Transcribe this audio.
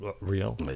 real